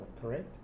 correct